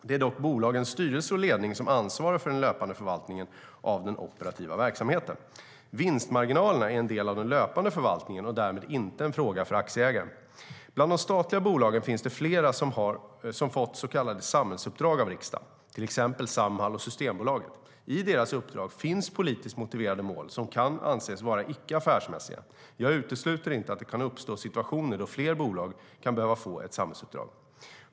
Det är dock bolagens styrelse och ledning som ansvarar för den löpande förvaltningen av den operativa verksamheten. Vinstmarginalerna är en del av den löpande förvaltningen och därmed inte en fråga för aktieägaren. Bland de statliga bolagen finns det flera som fått så kallade samhällsuppdrag av riksdagen, till exempel Samhall och Systembolaget. I deras uppdrag finns politiskt motiverade mål som kan anses vara icke affärsmässiga. Jag utesluter inte att det kan uppstå situationer då fler bolag kan behöva få ett samhällsuppdrag.